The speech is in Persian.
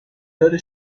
داره